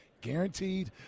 guaranteed